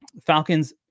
Falcons